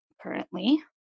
currently